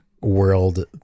world